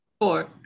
Four